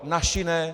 Naši ne.